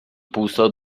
puso